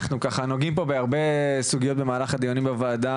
אנחנו נוגעים פה בהרבה סוגיות במהלך הדיונים בוועדה,